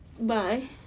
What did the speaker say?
bye